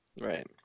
right